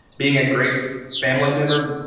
being a great family member,